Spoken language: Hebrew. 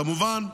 כמובן,